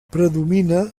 predomina